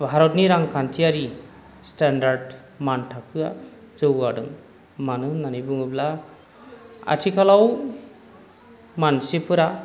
भारतनि रांखान्थियारि स्टेनडार्ड मानथाखोआ जौगादों मानो होननानै बुङोब्ला आथिखालाव मानसिफोरा